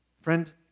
Friend